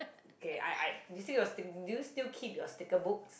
okay I I do you sti~ do you still keep your sticker books